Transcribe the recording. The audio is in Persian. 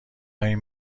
این